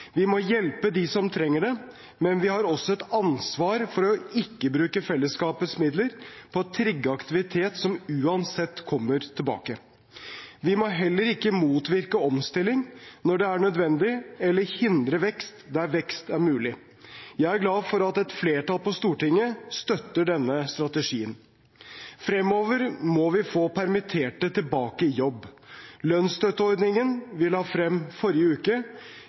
Vi må hjelpe dem som trenger det, men vi har også et ansvar for ikke å bruke fellesskapets midler på å trygge aktivitet som uansett kommer tilbake. Vi må heller ikke motvirke omstilling når det er nødvendig, eller hindre vekst der vekst er mulig. Jeg er glad for at et flertall på Stortinget støtter denne strategien. Fremover må vi få permitterte tilbake i jobb. Lønnsstøtteordningen vi la frem forrige uke,